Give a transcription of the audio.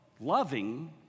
loving